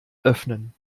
öffnen